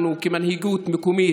אנחנו, כמנהיגות מקומית,